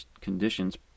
conditions